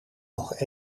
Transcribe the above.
nog